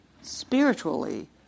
spiritually